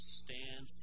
stand